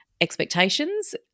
expectations